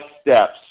steps